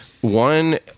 One